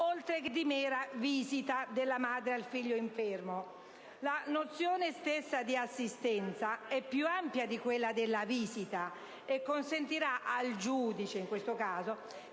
oltre che di mera visita, della madre al figlio infermo. La nozione stessa di assistenza è più ampia di quella della visita, e consentirà al giudice di modulare